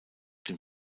dem